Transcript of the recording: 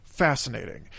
fascinating